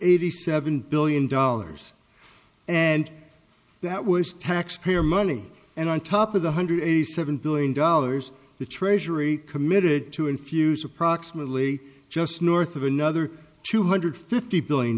eighty seven billion dollars and that was taxpayer money and on top of the hundred eighty seven billion dollars the treasury committed to infuse approximately just north of another two hundred fifty billion